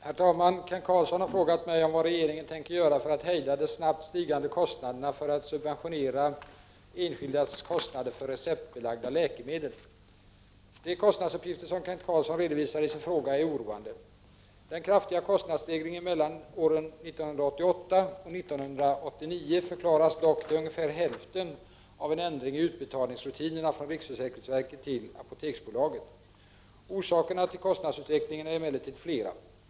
Herr talman! Kent Carlsson har frågat mig om vad regeringen tänker göra för att hejda de snabbt stigande kostnaderna för att subventionera enskildas kostnader för receptbelagda läkemedel. De kostnadsuppgifter som Kent Carlsson redovisar i sin fråga är oroande. Den kraftiga kostnadsstegringen mellan åren 1988 och 1989 förklaras dock till ungefär hälften av en ändring i utbetalningsrutinerna från riksförsäkringsverket till Apoteksbolaget. Orsakerna till kostnadsutvecklingen är emellertid flera.